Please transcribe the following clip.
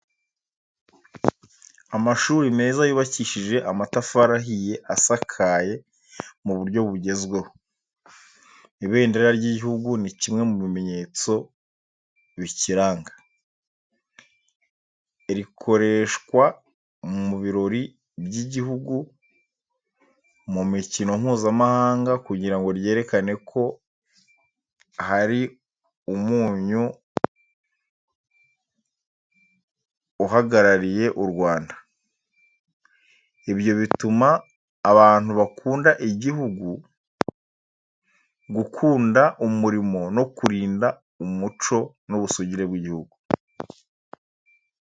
Amashuri meza yubakishije amatafari ahiye asakaye mu buryo bugezweho. Ibendera ry'igihugu ni kimwe mu bimenyetso bikiranga. Rikoreshwa mu birori by’igihugu, mu mikino mpuzamahanga kugira ngo ryerekane ko hari umunyu uhagarariye u Rwanda. Ibyo bituma abantu bakunda igihugu, gukunda umurimo no kurinda umuco n’ubusugire bw’igihugu.